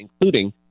including